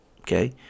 Okay